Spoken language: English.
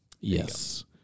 Yes